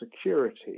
security